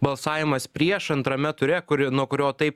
balsavimas prieš antrame ture kurio nuo kurio taip